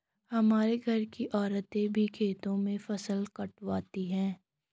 हमारे घर की औरतें भी खेतों में फसल कटवाती हैं